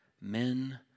men